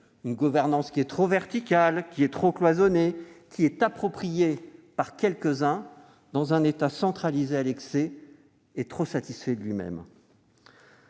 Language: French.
une gouvernance trop verticale, trop cloisonnée et appropriée par quelques-uns dans un État centralisé à l'excès et trop satisfait de lui-même.